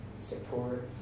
support